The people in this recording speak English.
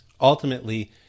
ultimately